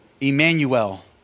Emmanuel